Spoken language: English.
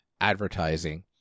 advertising